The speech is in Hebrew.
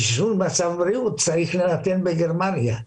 כי שינוי מצב הבריאות צריך להינתן בגרמניה.